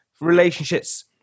relationships